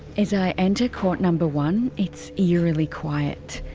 as i enter court number one, it's eerily quiet.